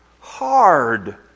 hard